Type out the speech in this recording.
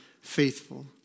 faithful